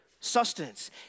sustenance